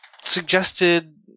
suggested